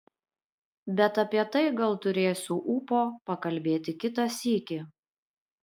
bet apie tai gal turėsiu ūpo pakalbėti kitą sykį